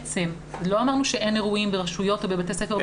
לא אמרנו שאין אירועים ברשויות או בבתי ספר.